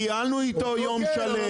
טיילנו איתו יום שלם,